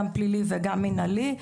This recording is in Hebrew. גם פלילי וגם מנהלי,